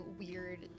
weird